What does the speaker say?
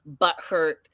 butthurt